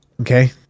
Okay